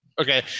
Okay